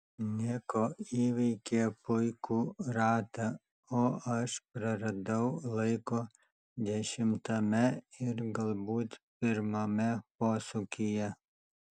niko įveikė puikų ratą o aš praradau laiko dešimtame ir galbūt pirmame posūkyje